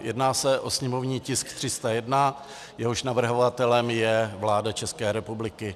Jedná se o sněmovní tisk 301, jehož navrhovatelem je vláda České republiky.